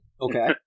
Okay